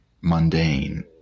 mundane